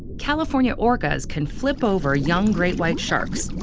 california orcas can flip over young great white sharks,